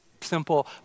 simple